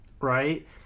right